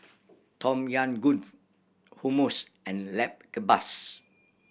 Tom Yam Goongs Hummus and Lamb Kebabs